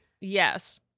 Yes